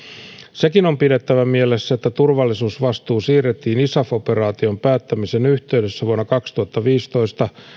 sekin on pidettävä mielessä että turvallisuusvastuu siirrettiin isaf operaation päättämisen yhteydessä vuonna kaksituhattaviisitoista